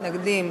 מתנגדים,